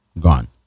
gone